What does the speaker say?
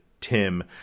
Tim